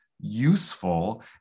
useful